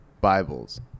Bibles